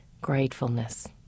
gratefulness